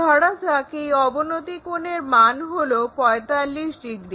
ধরা যাক এই অবনতি কোণের মান হলো 45 ডিগ্রি